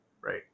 Right